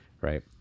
right